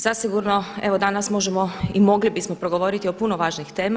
Zasigurno evo danas možemo i mogli bismo progovoriti o puno važnih tema.